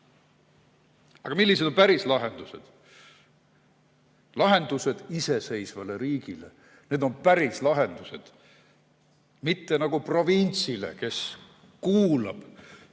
Aga millised on päris lahendused? Lahendused iseseisvale riigile, need päris lahendused, mitte nagu provintsile, kes kuulab,